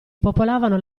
popolavano